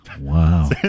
wow